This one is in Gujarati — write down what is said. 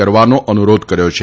કરવાનો અનુરોધ કર્યો છે